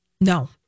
No